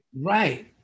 Right